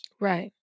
Right